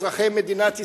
אזרחי מדינת ישראל,